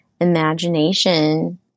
imagination